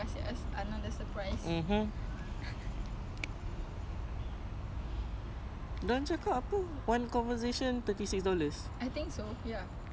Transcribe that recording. please please take it as a lot of conversation